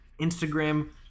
Instagram